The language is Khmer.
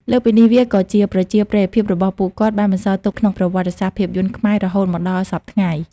លើសពីនេះ វាក៏ជាប្រជាប្រិយភាពរបស់ពួកគាត់បានបន្សល់ទុកក្នុងប្រវត្តិសាស្ត្រភាពយន្តខ្មែររហូតមកដល់សព្វថ្ងៃ។